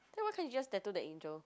then why can't you just tattoo the angel